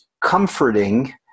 comforting